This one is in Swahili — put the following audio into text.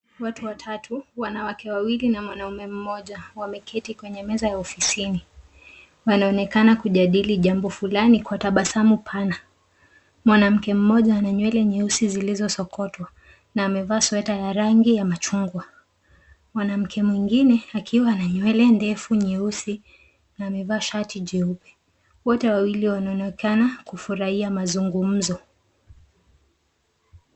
Watu watatu, wanawake wawili na mwanaume mmoja, wameketi kwenye meza ofisini. Wanaonekana kujadili jambo fulani kwa tabasamu pana. Mwanamke mmoja ana nywele nyeusi zilizo sokotwa na amevaa sweta ya rangi ya machungwa. Mwanamke mwingine akiwa na nywele ndefu nyeusi na amevaa shati jeupe. Wote wawili wanaonekana kufurahia mazungumzo.